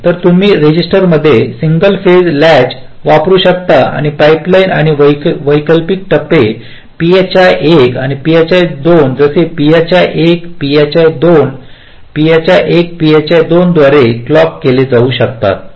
तर तुम्ही रजिस्टरमध्ये सिंगल फेज लॅच वापरू शकता आणि पाइपलाइन आणि वैकल्पिक टप्पे phi 1 किंवा phi 2 जसे phi 1 phi 2 phi1 phi2 द्वारे क्लोक केले जाऊ शकतात